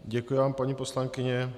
Děkuji vám, paní poslankyně.